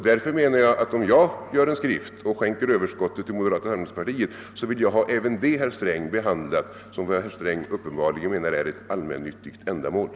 Om jag utarbetar en skrift och skänker överskottet till moderata samlingspartiet vill jag att även den gåvan skall betraktas såsom given till ett allmännyttigt ändamål, vilket herr Sträng uppenbarligen menar i det nu berörda fallet.